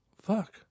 Fuck